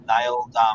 nailed